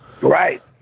Right